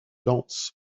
dense